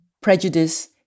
prejudice